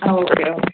ആ okay okay